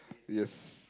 yes